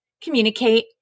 communicate